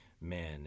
men